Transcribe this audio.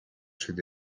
through